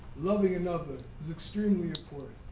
loving another is extremely important.